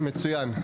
טוב, מצוין.